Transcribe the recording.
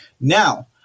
Now